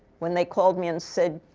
when they called me and said,